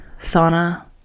sauna